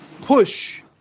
push